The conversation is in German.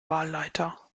wahlleiter